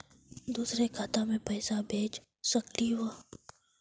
दुसरे खाता मैं पैसा भेज सकलीवह?